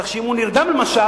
כך שאם הוא נרדם למשל,